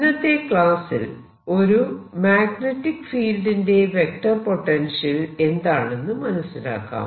ഇന്നത്തെ ക്ലാസ്സിൽ ഒരു മാഗ്നെറ്റിക് ഫീൽഡിന്റെ വെക്റ്റർ പൊട്ടൻഷ്യൽ എന്താണെന്ന് മനസിലാക്കാം